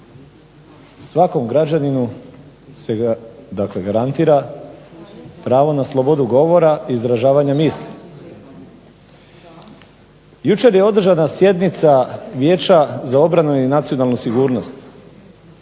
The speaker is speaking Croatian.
svakom građaninu se dakle garantira pravo na slobodu govora, izražavanja misli. Jučer je održana sjednica Vijeća za obranu i nacionalnu sigurnost,